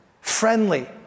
friendly